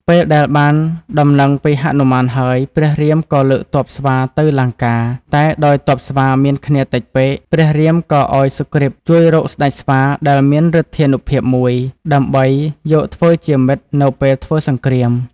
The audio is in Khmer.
ពេលដែលបានដំណឹងពីហនុមានហើយ ព្រះរាមក៏លើកទ័ពស្វាទៅលង្កា តែដោយទ័ពស្វាមានគ្នាតិចពេក ព្រះរាមក៏ឱ្យសុគ្រីពជួយរកស្តេចស្វាដែលមានឫទ្ធានុភាពមួយ ដើម្បីយកធ្វើជាមិត្តនៅពេលធ្វើសង្គ្រាម។